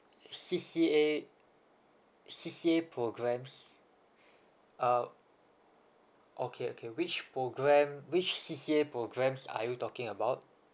C_C_A C_C_A programs uh okay okay which program which C_C_A programs are you talking about